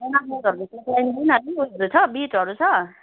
बिटहरू छ